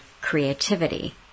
creativity